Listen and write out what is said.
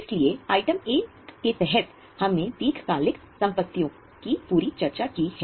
इसलिए आइटम 1 के तहत हमने दीर्घकालिक संपत्तियों की पूरी चर्चा की है